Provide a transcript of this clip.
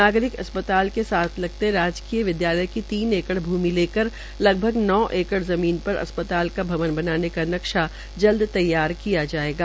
नागरिक अस्पताल के साथ राजकीय विद्यालय की तीन एकड भूमि लेकर लगभग नौ एकड़ भूमि पर अस्पताल का भवन बनाने का नक्शा जल्द तैयार किया जायेगा